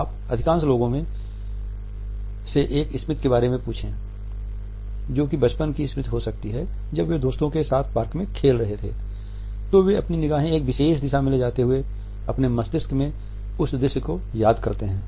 आप अधिकांश लोगों से एक स्मृति के बारे में पूछें जो कि बचपन की स्मृति हो सकती है जब वे दोस्तों के साथ पार्क में खेल रहे थे तो वे अपनी निगाहे एक विशेष दिशा में ले जाते हुए अपने मस्तिष्क में उस दृश्य को याद करते हैं